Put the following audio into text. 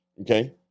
Okay